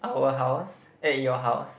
our house at your house